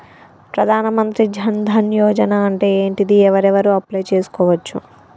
ప్రధాన మంత్రి జన్ ధన్ యోజన అంటే ఏంటిది? ఎవరెవరు అప్లయ్ చేస్కోవచ్చు?